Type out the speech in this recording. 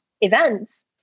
events